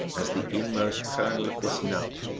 as the inmost kernel of this nut,